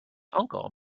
uncle